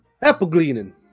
apple-gleaning